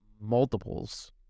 multiples